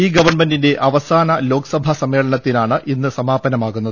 ഈ ഗവൺമെന്റിന്റെ അവസാന ലോക്സഭാ സമ്മേളനത്തിനാണ് ഇന്ന് സമാപനമാകുന്നത്